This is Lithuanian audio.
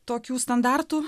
tokių standartų